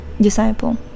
Disciple